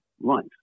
life